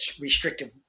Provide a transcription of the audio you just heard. restrictive